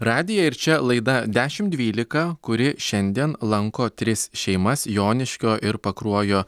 radiją ir čia laida dešimt dvylika kuri šiandien lanko tris šeimas joniškio ir pakruojo